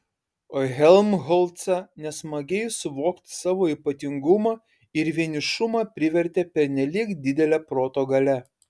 o helmholcą nesmagiai suvokti savo ypatingumą ir vienišumą privertė pernelyg didelė proto galia